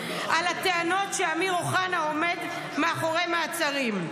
על הטענות שאמיר אוחנה עומד מאחורי מעצרים.